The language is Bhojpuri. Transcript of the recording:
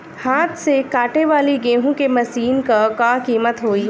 हाथ से कांटेवाली गेहूँ के मशीन क का कीमत होई?